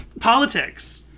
politics